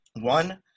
one